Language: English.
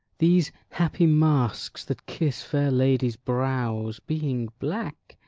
these happy masks that kiss fair ladies' brows, being black,